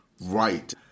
right